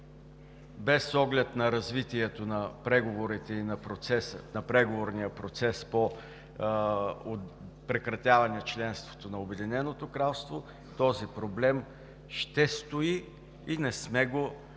без оглед на развитието на преговорите и на преговорния процес по прекратяване членството на Обединеното кралство, този проблем ще стои и не сме го решили